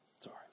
Sorry